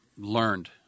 learned